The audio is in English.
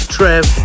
Trev